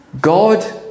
god